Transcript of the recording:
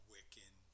Wiccan